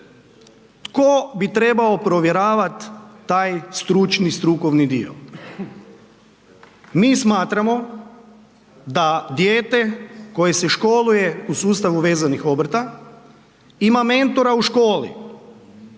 Tko bi trebao provjeravat taj stručni strukovni dio? Mi smatramo da dijete koje se školuje u sustavu vezanih obrta ima mentora u školi